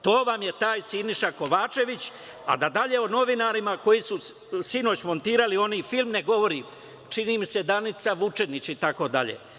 To vam je taj Siniša Kovačević, a da dalje o novinarima koji su sinoć montirali onaj film ne govorim, čini mi se Danica Vučenić i tako dalje.